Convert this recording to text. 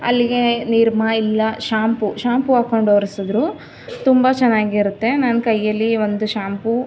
ಅಲ್ಲಿಗೆ ನಿರ್ಮಾ ಇಲ್ಲ shampoo shampoo ಹಾಕೊಂಡು ಒರ್ಸಿದ್ರು ತುಂಬ ಚೆನ್ನಾಗಿರುತ್ತೆ ನನ್ನ ಕೈಯ್ಯಲ್ಲಿ ಒಂದು ಶಾಂಪೂ